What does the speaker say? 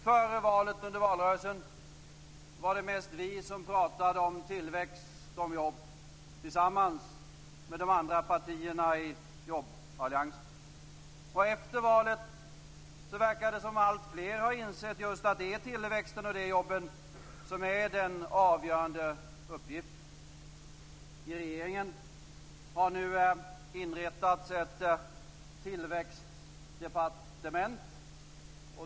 Före valet och under valrörelsen var det mest vi som pratade om tillväxt och jobb tillsammans med de andra partierna i jobballiansen. Efter valet verkar det som om alltfler har insett att det är tillväxten och jobben som är den avgörande uppgiften. I regeringen har nu inrättats ett tillväxtdepartement.